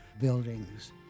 buildings